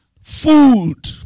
food